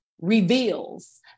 reveals